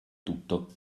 tutto